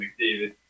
McDavid